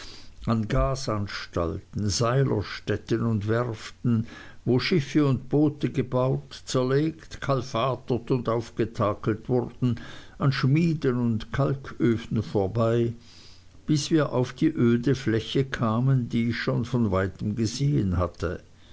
an gasanstalten seilerstätten und werften wo schiffe und boote gebaut zerlegt kalfatert und aufgetakelt wurden an schmieden und kalköfen vorbei bis wir auf die öde fläche kamen die ich schon von weitem gesehen hatte